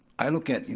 i look at, you